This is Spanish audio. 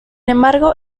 embargo